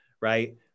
right